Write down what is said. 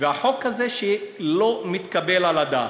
החוק הזה שלא מתקבל על הדעת?